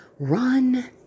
Run